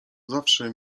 zawsze